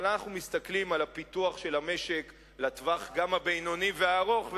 אבל אנחנו מסתכלים על פיתוח המשק גם לטווח הבינוני וגם לטווח הארוך,